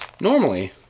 Normally